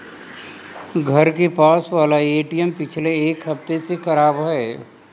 घर के पास वाला एटीएम पिछले एक हफ्ते से खराब है